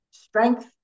Strength